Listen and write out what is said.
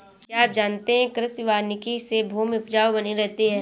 क्या आप जानते है कृषि वानिकी से भूमि उपजाऊ बनी रहती है?